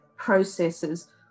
Processes